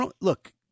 Look